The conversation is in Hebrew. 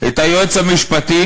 את היועץ המשפטי